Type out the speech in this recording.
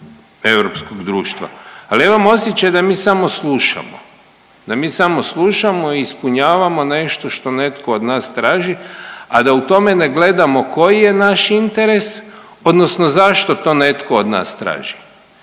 europskog društva. Ali imam osjećaj da mi samo slušamo, da mi samo slušamo i ispunjavamo nešto što netko od nas traži, a da u tome ne gledamo koji je naš interes, odnosno zašto to netko od nas traži.